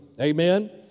Amen